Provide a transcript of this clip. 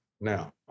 now